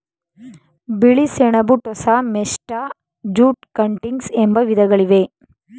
ಬಿಳಿ ಸೆಣಬು, tossa, mesta, jute cuttings ಎಂಬ ವಿಧಗಳಿವೆ